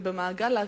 ובמעגל העקיף,